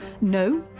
No